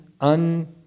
un-